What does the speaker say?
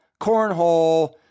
cornhole